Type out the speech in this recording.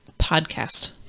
podcast